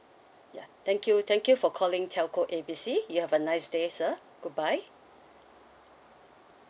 ya thank you thank you for calling telco A B C you have a nice day sir goodbye